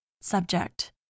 Subject